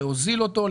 להוזיל אותו,